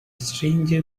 stranger